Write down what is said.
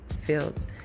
fields